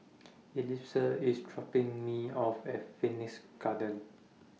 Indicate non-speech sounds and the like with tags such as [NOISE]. [NOISE] Elissa IS dropping Me off At Phoenix Garden